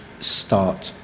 start